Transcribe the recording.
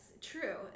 true